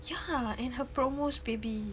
yeah and her promos baby